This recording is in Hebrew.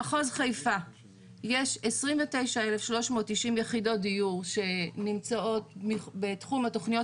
במחוז חיפה יש 29,390 יחידות דיור שנמצאות בתחום התוכניות